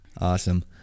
awesome